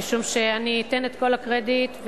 משום שאני אתן את כל הקרדיט,